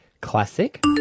Classic